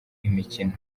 imikino